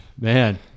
man